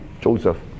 Joseph